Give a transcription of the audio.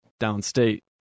downstate